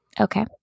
Okay